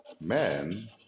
man